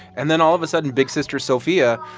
and then, all of a sudden, big sister sophia,